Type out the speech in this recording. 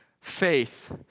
faith